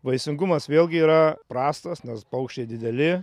vaisingumas vėlgi yra prastas nes paukščiai dideli